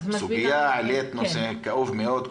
העלית נושא כאוב מאוד,